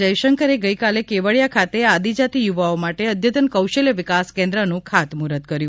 જયશંકરે ગઇકાલે કેવડીયા ખાતે આદિજાતી યુવાઓ માટે અદ્યતન કૌશલ્ય વિકાસ કેન્દ્રનું ખાતમુહૂર્ત કર્યું